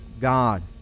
God